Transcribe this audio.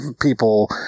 people